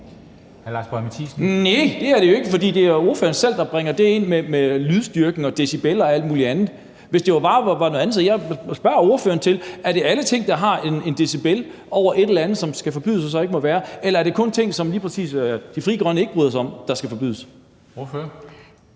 11:07 Lars Boje Mathiesen (NB): Næh, det er det jo ikke, for det er fru Susanne Zimmer selv, der bringer det der med lydstyrken og decibel og alt muligt andet ind. For hvis det var noget andet, behøvede jeg ikke spørge, men er det alle ting, der har en decibel over et eller andet, som skal forbydes og så ikke må være lovligt, eller er det kun ting, som lige præcis Frie Grønne ikke bryder sig om, der skal forbydes? Kl.